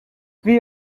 wie